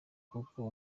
kuko